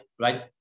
right